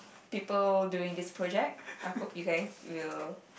people doing this project I hope you guys will